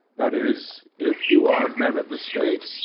that is, if you are men of the state,